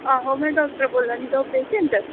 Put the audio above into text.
आहो में डॉक्टर बोला नी तुस पेशेंट